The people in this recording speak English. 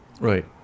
Right